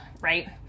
right